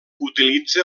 utilitza